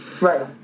Right